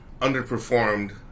underperformed